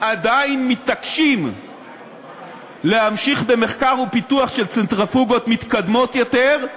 עדיין מתעקשים להמשיך במחקר ופיתוח של צנטריפוגות מתקדמות יותר,